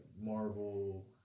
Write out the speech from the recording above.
Marvel